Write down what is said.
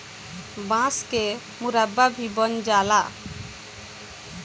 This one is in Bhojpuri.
बांस के मुरब्बा भी बन जाला